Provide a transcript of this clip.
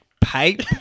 Pipe